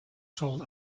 told